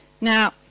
Now